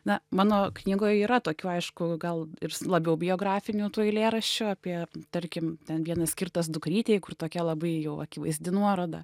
na mano knygoj yra tokių aišku gal ir s labiau biografinių tų eilėraščių apie tarkim ten vienas skirtas dukrytei kur tokia labai jau akivaizdi nuoroda